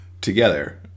together